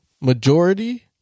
majority